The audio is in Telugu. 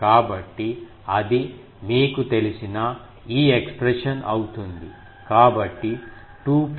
కాబట్టి అది మీకు తెలిసిన ఈ ఎక్స్ప్రెషన్ అవుతుంది